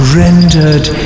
rendered